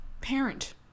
parent